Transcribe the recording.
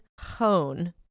hone